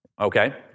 Okay